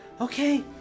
okay